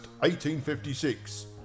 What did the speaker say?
1856